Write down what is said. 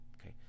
okay